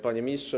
Panie Ministrze!